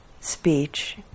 speech